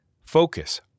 focus